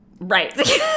Right